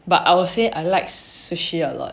but I will say I like sushi a lot